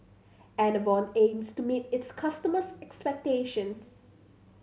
enervon aims to meet its customers' expectations